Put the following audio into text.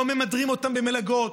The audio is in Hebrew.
לא מדירים אותם ממלגות,